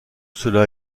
cela